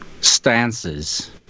stances